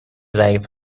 ضعیف